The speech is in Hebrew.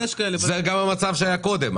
זה גם המצב שהיה קודם.